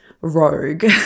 rogue